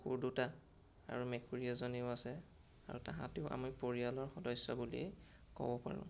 কুকুৰ দুটা আৰু মেকুৰী এজনীও আছে আৰু তাঁহাতিও আমি পৰিয়ালৰ সদস্য় বুলিয়েই ক'ব পাৰোঁ